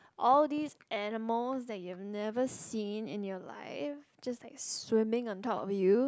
all these animals that you've never seen in your life just like swimming on top of you